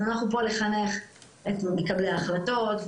אז אנחנו פה לחנך את מקבלי ההחלטות,